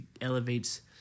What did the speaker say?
elevates